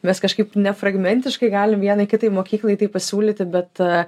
mes kažkaip ne fragmentiškai galim vienai kitai mokyklai tai pasiūlyti bet